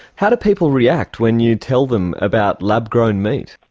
how do people react when you tell them about lab-grown meat?